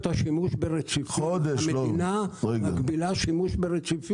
אדוני, המדינה מגבילה שימוש ברציפים.